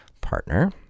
partner